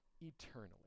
eternally